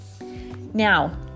Now